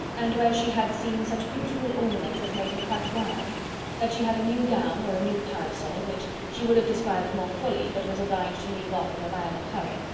and where she had seen such beautiful ornaments as made her quite wild that she had a new gown, or a new parasol, which she would have described more fully, but was obliged to leave off in a violent hurry,